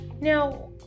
Now